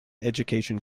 education